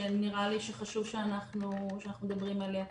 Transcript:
שנראה לי שחשוב שאנחנו נדבר עליה.